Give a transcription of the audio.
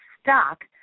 stuck